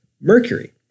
Mercury